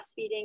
breastfeeding